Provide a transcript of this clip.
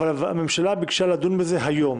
אבל הממשלה ביקשה לדון בזה היום.